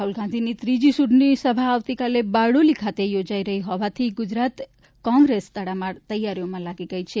રાહુલ ગાંધીની ત્રીજી ચૂંટણી સભા આવીતકાલે બારડોલી ખાતે યોજાઇ હોવાથી ગુજરાત કોંગ્રેસ તડામાર તેયારીમાં લાગી ગઇ છે